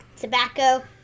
tobacco